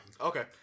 Okay